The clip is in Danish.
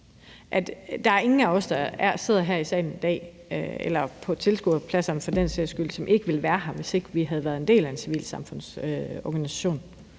Der er ingen af os, der sidder i salen her i dag eller på tilskuerpladserne for den sags skyld, som ville være her, hvis ikke vi havde været en del af en civilsamfundsorganisation.